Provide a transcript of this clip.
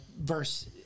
verse